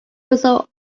resort